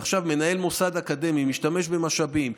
ועכשיו מנהל מוסד אקדמי משתמש במשאבים,